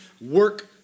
work